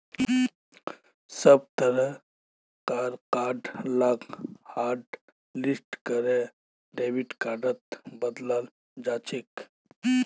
सब तरह कार कार्ड लाक हाटलिस्ट करे डेबिट कार्डत बदलाल जाछेक